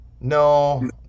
No